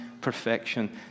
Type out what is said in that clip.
perfection